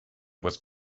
was